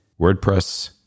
WordPress